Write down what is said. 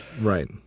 right